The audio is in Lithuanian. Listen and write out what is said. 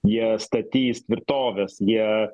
jie statys tvirtoves jie